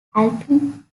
alpine